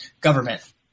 government